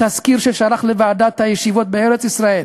בתזכיר ששלח לוועדת הישיבות בארץ-ישראל